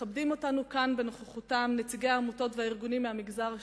מכבדים אותנו כאן בנוכחותם נציגי העמותות והארגונים מהמגזר השלישי,